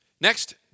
Next